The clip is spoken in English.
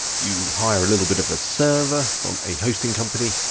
you hire a little bit of a server from a hosting company.